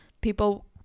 people